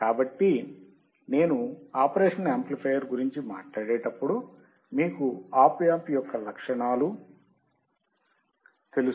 కాబట్టి నేను operational amplifier గురించి మాట్లాడినప్పుడు మీకు ఆప్ యాంప్ యొక్క లక్షణాలు తెలుసు